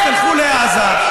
אז תלכו לעזה,